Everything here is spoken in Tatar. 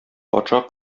патша